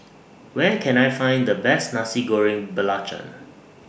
Where Can I Find The Best Nasi Goreng Belacan